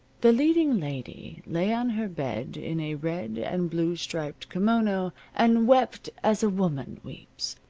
the leading lady lay on her bed in a red-and-blue-striped kimono and wept as a woman weeps,